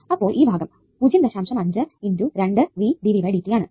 അപ്പോൾ ഈ ഭാഗം ആണ്